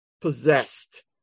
possessed